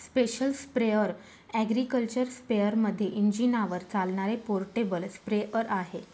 special sprayer agriculture स्पेअरमध्ये इंजिनावर चालणारे पोर्टेबल स्प्रेअर आहे